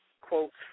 Quotes